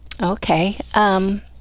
Okay